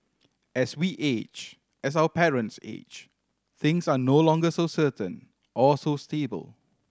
as we age as our parents age things are no longer so certain or so stable